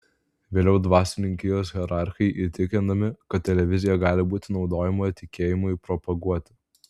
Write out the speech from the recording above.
vėliau dvasininkijos hierarchai įtikinami kad televizija gali būti naudojama tikėjimui propaguoti